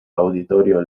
auditorio